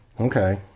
okay